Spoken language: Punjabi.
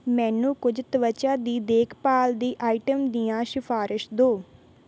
ਮੈਨੂੰ ਕੁਝ ਤਵਚਾ ਦੀ ਦੇਖ ਭਾਲ ਦੀ ਆਇਟਮ ਦੀਆਂ ਸਿਫਾਰਸ਼ ਦਿਓ